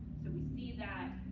so we see that